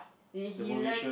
did he learn